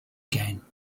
again